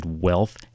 wealth